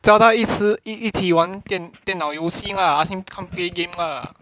叫他一次一起玩电电脑游戏 lah ask him come play game lah